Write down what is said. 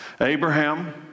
Abraham